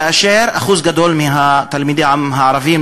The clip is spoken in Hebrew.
כאשר אחוז גדול מהתלמידים הערבים,